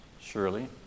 surely